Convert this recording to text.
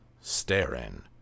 staring